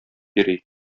йөри